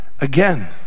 Again